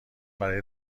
برای